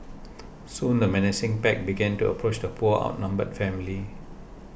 soon the menacing pack began to approach the poor outnumbered family